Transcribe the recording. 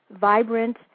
vibrant